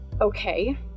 Okay